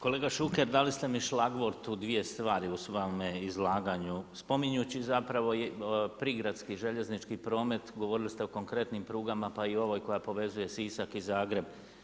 Kolega Šuker dali ste mi šlagvort u dvije stvari u svome izlaganju spominjući zapravo prigradski i željeznički promet, govorili ste o konkretnim prugama pa i ovoj koja povezuje Sisak i Zagreb.